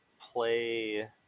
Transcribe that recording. play